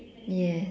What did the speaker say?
yes